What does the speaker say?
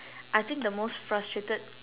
I think the most frustrated